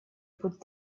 путь